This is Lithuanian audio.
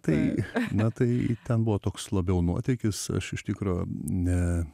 tai na tai ten buvo toks labiau nuotykis aš iš tikro ne